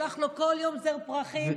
תשלח לו כל יום זר פרחים,